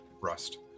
rust